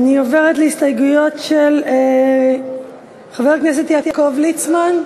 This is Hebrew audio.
אני עוברת להסתייגויות של חבר הכנסת יעקב ליצמן,